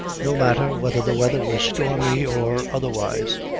no matter whether the weather was stormy or otherwise.